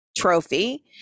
trophy